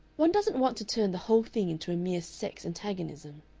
one doesn't want to turn the whole thing into a mere sex antagonism.